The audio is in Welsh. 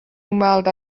ymweld